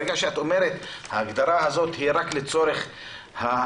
ברגע שאת אומרת: ההגדרה הזאת היא רק לצורך החישוב